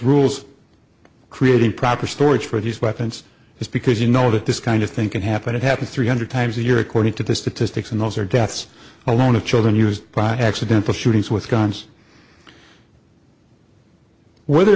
rules creating proper storage for these weapons is because you know that this kind of thing can happen it happens three hundred times a year according to the statistics and those are deaths alone of children used by accidental shootings with guns whether or